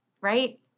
right